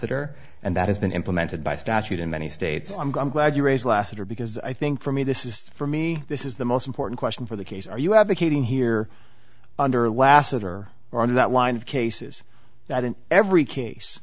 or and that has been implemented by statute in many states i'm glad you raise lassiter because i think for me this is for me this is the most important question for the case are you advocating here under last winter or in that line of cases that in every case